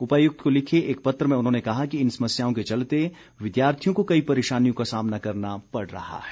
उपायुक्त को लिखे एक पत्र में उन्होंने कहा कि इन समस्याओं के चलते विद्यार्थियों को कई परेशानियों का सामना करना पड़ रहा है